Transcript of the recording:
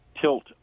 tilt